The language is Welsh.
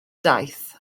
daeth